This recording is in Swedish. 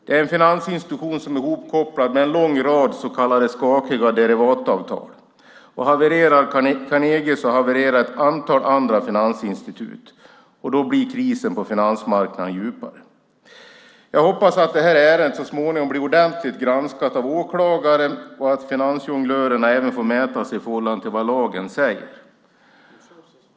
Det är en finansinstitution som är hopkopplad med en lång rad skakiga så kallade derivatavtal. Och om Carnegie havererar så havererar även ett antal andra finansinstitut. Då blir krisen på finansmarknaden djupare. Jag hoppas att detta ärende så småningom blir ordentligt granskat av åklagaren och att finansjonglörerna även får mäta sig i förhållande till vad lagen säger.